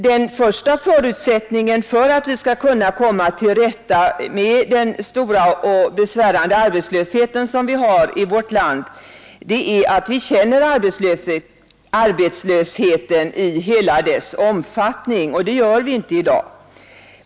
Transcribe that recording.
Den första förutsättningen för att vi skall kunna komma till rätta med den stora och besvärande arbetslösheten i vårt land är att vi känner arbetslösheten i hela dess omfattning. Det gör vi inte i dag.